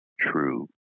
true